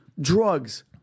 Drugs